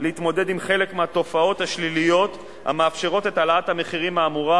להתמודד עם חלק מהתופעות השליליות המאפשרות את העלאת המחירים האמורה,